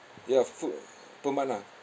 ya full~ per month ah